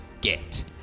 get